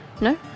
No